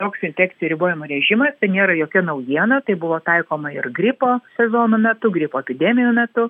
toks infekcijų ribojimų režimas tai nėra jokia naujiena tai buvo taikoma ir gripo sezono metu gripo epidemijų metu